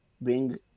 bring